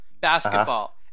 basketball